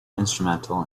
instrumental